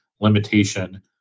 limitation